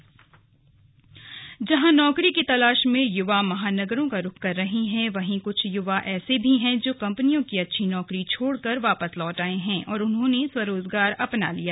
sanitary napkin जहां नौकरी की तलाश में यूवा महानगरों का रुख कर रहे हैं वहीं कुछ यूवा ऐसे भी हैं जो कंपनियों की अच्छी नौकरी छोड़कर वापस लौट आये और उन्होंने स्वरोजगार अपना लिया